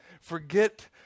Forget